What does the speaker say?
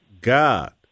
God